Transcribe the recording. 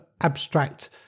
abstract